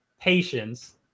patience